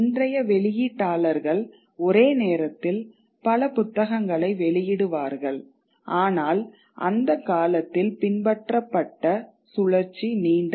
இன்றைய வெளியீட்டாளர்கள் ஒரே நேரத்தில் பல புத்தகங்களை வெளியிடுவார்கள் ஆனால் அந்த அந்தக் காலத்தில் பின்பற்றப்பட்ட சுழற்சி நீண்டது